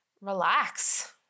relax